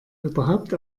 überhaupt